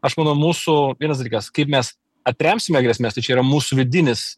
aš manau mūsų vienas dalykas kaip mes atremsime grėsmes tai čia yra mūsų vidinis